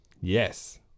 Yes